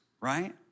right